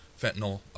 fentanyl